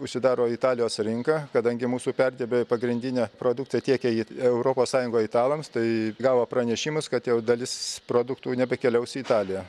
užsidaro italijos rinka kadangi mūsų perdirbėjai pagrindinę produkciją tiekia į europos sąjungoj italams tai gavo pranešimus kad jau dalis produktų nebekeliaus į italiją